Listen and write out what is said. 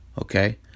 Okay